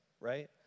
right